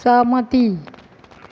सहमति